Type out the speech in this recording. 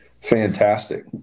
fantastic